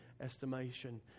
estimation